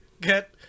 get